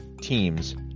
teams